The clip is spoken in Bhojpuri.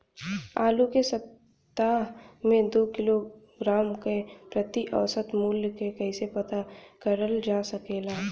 आलू के सप्ताह में दो किलोग्राम क प्रति औसत मूल्य क कैसे पता करल जा सकेला?